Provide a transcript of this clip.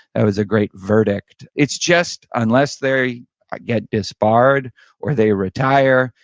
that was a great verdict. it's just unless they get disbarred or they retire,